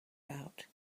about